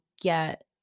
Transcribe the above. get